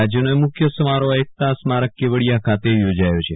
રાજયનો મુખ્ય સમારોહ એકતા સ્મારક કેવડીયા ખાતે યોજાયો છે